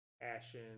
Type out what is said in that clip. Ashen